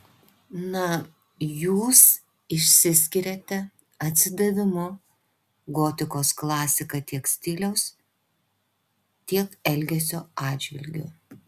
na jūs išsiskiriate atsidavimu gotikos klasika tiek stiliaus tiek elgesio atžvilgiu